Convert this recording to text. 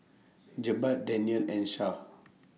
Jebat Daniel and Syah